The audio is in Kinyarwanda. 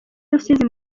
rusizi